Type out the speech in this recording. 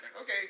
okay